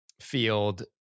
field